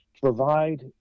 provide